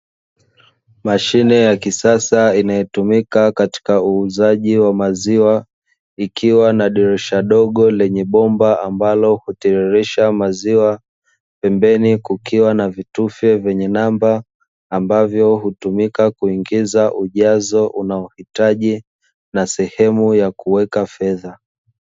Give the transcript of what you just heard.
Mashine ya kisasa inayotumika katika uuzaji wa maziwa, ikiwa na dirisha dogo lenye bomba ambalo hutiririsha maziwa, pembeni kukiwa na vitufe vyenye namba ambavyo hutumika kuingiza ujazo unaohitaji, na sehemu ya kuweka fedha.